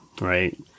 right